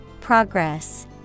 Progress